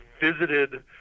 visited